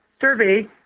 survey